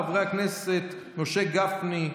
חברי הכנסת משה גפני,